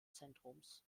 zentrums